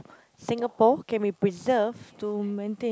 Singapore can be preserved to maintain